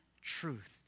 truth